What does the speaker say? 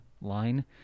line